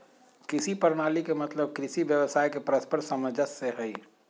कृषि प्रणाली के मतलब कृषि व्यवसाय के परस्पर सामंजस्य से हइ